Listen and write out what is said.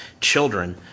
children